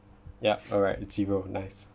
ya alright zero nice